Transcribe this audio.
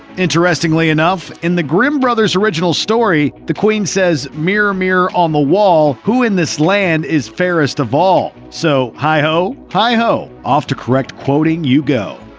interestingly enough, in the grimm brothers' original story, the queen says, mirror, mirror, on the wall, who in this land is fairest of all? so, hi-ho, hi-ho off to correct quoting you go.